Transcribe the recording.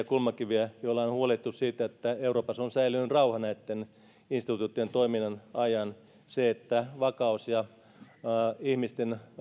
kulmakivistä joilla on on huolehdittu siitä että euroopassa on säilynyt rauha näitten instituutioitten toiminnan ajan se että vakaus ja ihmisten